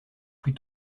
plus